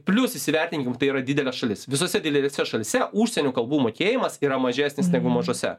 plius įsivertinkim tai yra didelė šalis visose didelėse šalyse užsienio kalbų mokėjimas yra mažesnis negu mažose